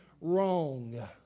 wrong